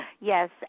yes